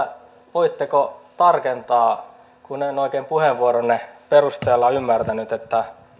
voitteko tarkentaa kun en oikein puheenvuoronne perusteella ymmärtänyt